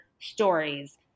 stories